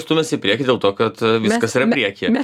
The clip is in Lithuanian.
stumiasi į priekį dėl to kad viskas yra priekyje